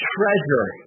treasure